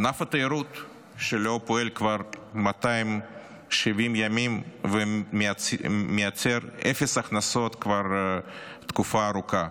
ענף התיירות לא פועל כבר 270 ימים ומייצר אפס הכנסות כבר תקופה ארוכה.